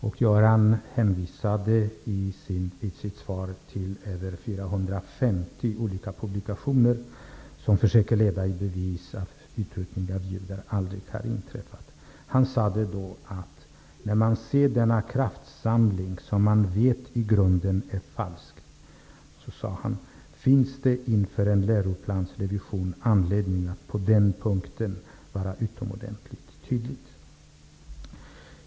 Göran Persson hänvisade i sitt svar till mer än 450 olika publikationer där man försöker leda i bevis att utrotningen av judar aldrig har inträffat. Göran Persson sade: När man ser denna kraftsamling som man vet i grunden är falsk finns det inför en läroplansrevision anledning att på den punkten vara utomordentligt tydlig.